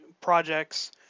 projects